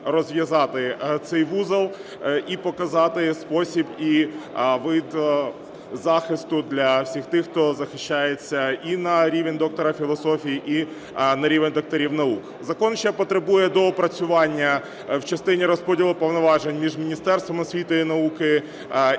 розв'язати цей вузол і показати спосіб і вид захисту для всіх тих, хто захищається і на рівень доктора філософії, і на рівень докторів наук. Закон ще потребує доопрацювання в частині розподілу повноважень між Міністерством освіти і науки